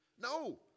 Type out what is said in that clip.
No